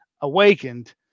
awakened